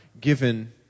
given